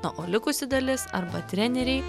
na o likusi dalis arba treneriai